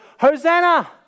Hosanna